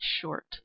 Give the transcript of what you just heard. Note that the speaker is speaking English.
short